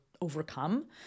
overcome